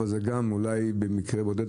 אבל זה גם אולי במקרה בודד.